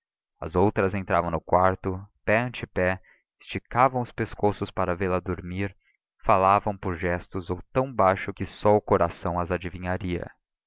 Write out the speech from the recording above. as outras entravam no quarto pé ante pé esticavam os pescoços para vê-la dormir falavam por gestos ou tão baixo que só o coração as adivinharia